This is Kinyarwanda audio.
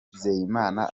twizeyimana